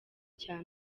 cya